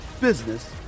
business